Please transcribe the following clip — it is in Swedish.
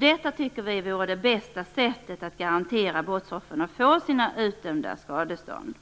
Detta vore det bästa sättet att garantera brottsoffren att få sina utdömda skadestånd.